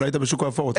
אולי היית בשוק האפור.